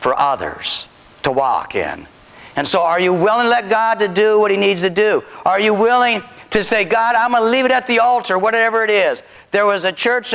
for others to walk in and so are you willing let god to do what he needs to do are you willing to say god i'm a leave it at the altar whatever it is there was a church